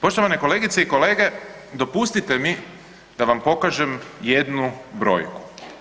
Poštovane kolegice i kolege dopustite mi da vam pokažem jednu brojku.